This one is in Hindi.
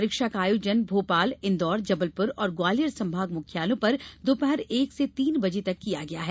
परीक्षा का आयोजन भोपाल इंदौर जबलपुर और ग्वालियर संभाग मुख्यालयों पर दोपहर एक से तीन बजे तक किया गया है